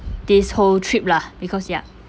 this whole trip lah because ya